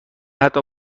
حتی